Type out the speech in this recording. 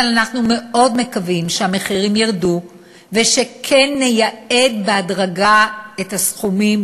אבל אנחנו מאוד מקווים שהמחירים ירדו ושכן נייעד בהדרגה את הסכומים,